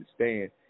understand